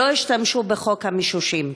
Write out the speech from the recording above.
שלא השתמשו בחוק המישושים.